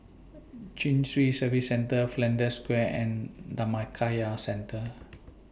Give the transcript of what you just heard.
Chin Swee Service Centre Flanders Square and Dhammakaya Centre